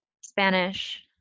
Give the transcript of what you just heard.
Spanish